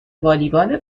والیبال